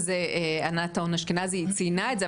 וזה ענת טהון אשכנזי ציינה את זה,